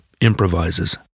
improvises